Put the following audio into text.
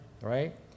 right